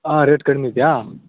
ಹಾಂ ರೇಟ್ ಕಡಿಮೆ ಇದೆಯಾ